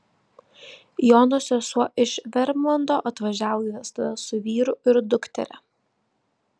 jono sesuo iš vermlando atvažiavo į vestuves su vyru ir dukteria